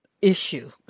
issue